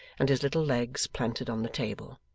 and his little legs planted on the table.